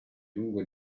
lungo